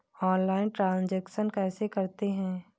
Online transaction कैसे करते हैं?